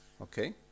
okay